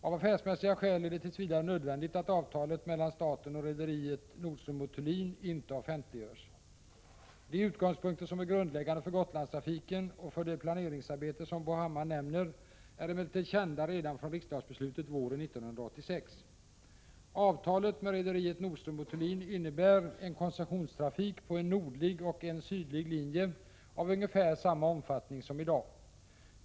Av affärsmässiga skäl är det tills vidare nödvändigt att avtalet mellan staten och rederiet Nordström & Thulin inte offentliggörs. De utgångspunkter som är grundläggande för Gotlandstrafiken och för det planeringsarbete som Bo Hammar nämner är emellertid kända redan från riksdagsbeslutet våren 1986. Avtalet med rederiet Nordström & Thulin innebär en koncessionstrafik på en nordlig och en sydlig linje av ungefär samma omfattning som i dag.